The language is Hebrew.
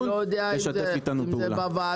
אני לא יודע אם הרפורמה הזאת בוועדה